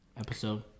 episode